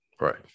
Right